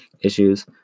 issues